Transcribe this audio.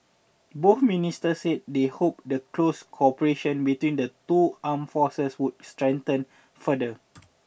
both ministers said they hoped the close cooperation between the two armed forces would strengthen further